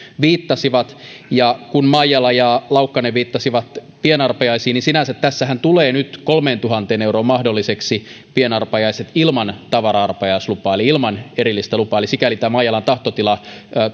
viittasivat kun maijala ja laukkanen viittasivat pienarpajaisiin niin sinänsä tässähän tulee nyt kolmeentuhanteen euroon mahdolliseksi pienarpajaiset ilman tavara arpajaislupaa eli ilman erillistä lupaa eli sikäli tämä maijalan tahtotila